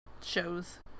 shows